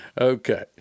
Okay